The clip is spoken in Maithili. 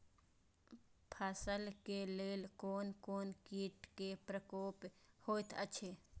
फसल के लेल कोन कोन किट के प्रकोप होयत अछि?